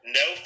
no